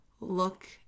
look